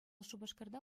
шупашкарта